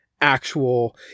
actual